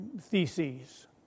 theses